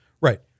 Right